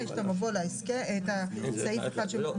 זה מה